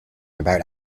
about